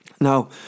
Now